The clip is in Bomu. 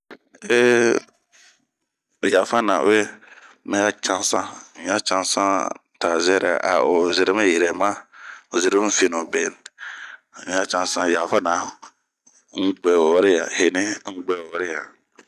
EHhh yafana ueeh !mɛ cansan, n'ya cansan ta zɛrɛ a o zeremi yirɛma, zeremifinu be. N'ya cansan, yafana. N'gue wuwɛri'ɛɛ ,heni, n'gue wuwɛri'ɛ.